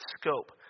scope